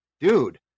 dude